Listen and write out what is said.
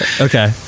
Okay